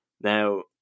Now